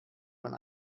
man